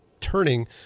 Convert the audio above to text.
turning